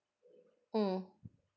mm